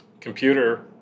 Computer